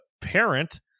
parent